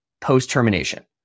post-termination